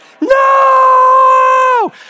no